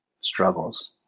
struggles